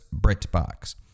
BritBox